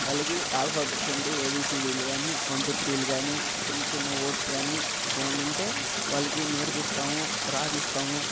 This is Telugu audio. వాళ్ళకి ఆల్ఫాబెట్స్ అంటే ఏ బీ సి డీలు కానీ వన్ టూ త్రీలు కానీ చిన్న చిన్న వర్డ్స్ కానీ ఏమన్నా ఉంటే వాళ్ళకి నేర్పిస్తాము రాపిస్తాము